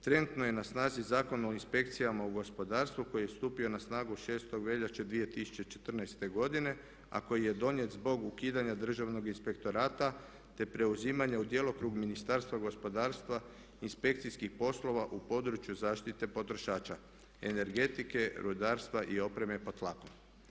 Trenutno je na snazi Zakon o inspekcijama u gospodarstvu koji je stupio na snagu 6. veljače 2014.godine a koji je donijet zbog ukidanja Državnog inspektorata te preuzimanje u djelokrug Ministarstva gospodarstva, inspekcijskih poslova u području zaštite potrošača, energetike, rudarstva i opreme pod tlakom.